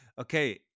Okay